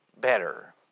better